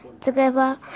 together